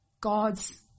God's